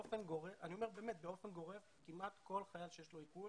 אני אומר שבאופן גורף כמעט כל חייל שיש לו עיקול